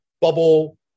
bubble